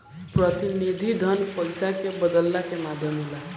प्रतिनिधि धन पईसा के बदलला के माध्यम होला